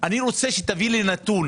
אני רוצה שתביא לי נתון